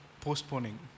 postponing